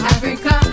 Africa